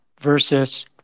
versus